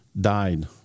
died